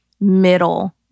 middle